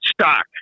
Stock